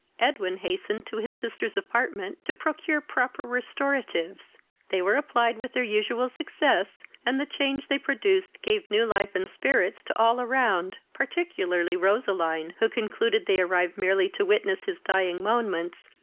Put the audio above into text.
edwin hastened to his sister's apartment to procure proper restoratives they were applied with their usual success, and the change they produced gave new life and spirits to all around, particularly roseline, who concluded they arrived merely to witness his dying moments,